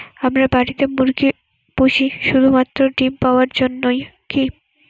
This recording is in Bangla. আমরা বাড়িতে মুরগি পুষি শুধু মাত্র ডিম পাওয়ার জন্যই কী?